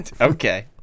Okay